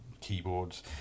keyboards